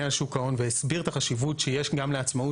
על שוק ההון והסביר את החשיבות שיש גם לעצמאות